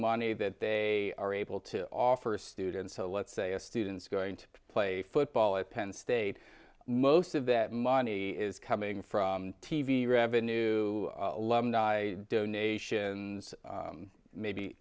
money that they are able to offer students so let's say a student's going to play football at penn state most of that money is coming from t v revenue alumni donations